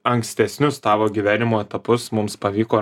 ankstesnius tavo gyvenimo etapus mums pavyko